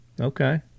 Okay